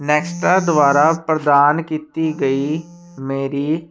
Nexta ਦੁਆਰਾ ਪ੍ਰਦਾਨ ਕੀਤੀ ਗਈ ਮੇਰੀ